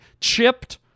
chipped